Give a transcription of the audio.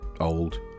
old